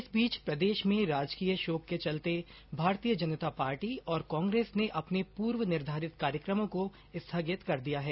इस बीच प्रदेश में राजकीय शोक के चलते भारतीय जनता पार्टी और कांग्रेस ने अपने पूर्व निर्धारित कार्यक्रमों को स्थगित कर दिया है